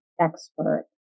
expert